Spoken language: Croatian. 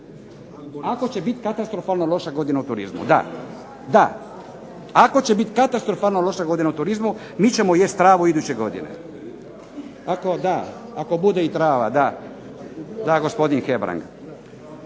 Ako će biti katastrofalno loša godina u turizmu, da. Ako će bit katastrofalno loša godina u turizmu mi ćemo jesti travu iduće godine. Tako da ako bude i trava, da. … /Govornici